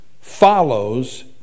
follows